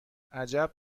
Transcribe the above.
عجب